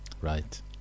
right